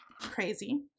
crazy